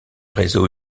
réseau